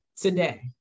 today